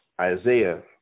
Isaiah